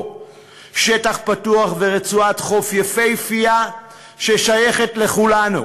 שטח פתוח ורצועת חוף יפהפייה ששייכת לכולנו.